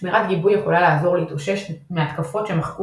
שמירת גיבוי יכולה לעזור להתאושש מהתקפות שמחקו